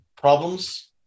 problems